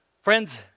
Friends